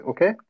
Okay